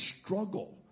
struggle